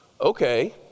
Okay